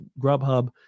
Grubhub